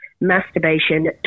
masturbation